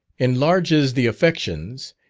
enlarges the affections,